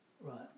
right